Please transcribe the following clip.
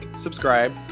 subscribe